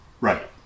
Right